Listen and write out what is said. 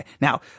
Now